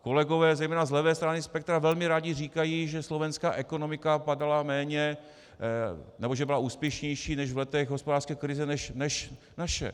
Kolegové zejména z levé strany spektra velmi rádi říkají, že slovenská ekonomika padala méně nebo že byla úspěšnější v letech hospodářské krize než naše.